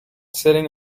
sitting